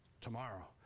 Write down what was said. tomorrow